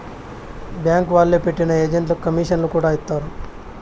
bank వాళ్లే పెట్టిన ఏజెంట్లకు కమీషన్లను కూడా ఇత్తారు